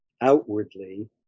outwardly